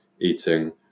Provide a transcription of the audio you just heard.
eating